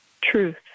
truth